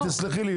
תסלחי לי,